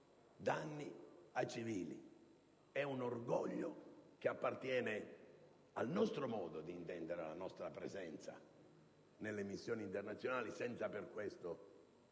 danni ai civili. È un orgoglio che appartiene al nostro modo di intendere la nostra presenza nelle missioni internazionali, senza per questo